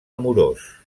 amorós